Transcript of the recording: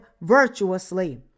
virtuously